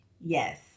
Yes